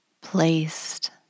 placed